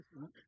Look